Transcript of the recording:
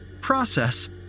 process